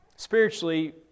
Spiritually